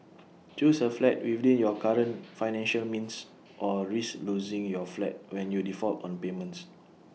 choose A flat within your current financial means or risk losing your flat when you default on payments